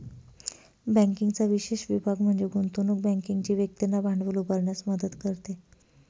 बँकिंगचा विशेष विभाग म्हणजे गुंतवणूक बँकिंग जी व्यक्तींना भांडवल उभारण्यास मदत करते